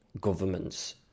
government's